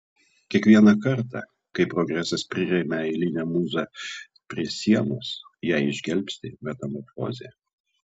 kiekvieną kartą kai progresas priremia eilinę mūzą prie sienos ją išgelbsti metamorfozė